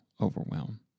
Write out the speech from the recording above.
overwhelm